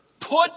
put